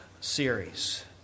series